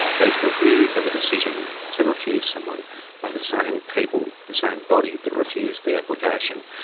that is review of a decision to refuse someone by the same people, the same body that refused the application.